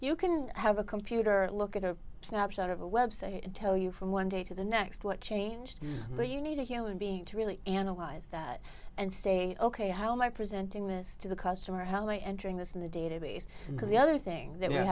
you can have a computer look at a snapshot of a website and tell you from one day to the next what changed but you need a human being to really analyze that and say ok how my presenting this to the customer hello entering this in the database because the other thing that